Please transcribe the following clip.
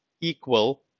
equal